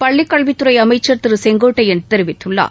பள்ளிக்கல்வித் துறை அமைச்சர் திரு செங்கோட்டையன் தெரிவித்துள்ளார்